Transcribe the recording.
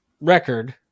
record